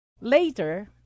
Later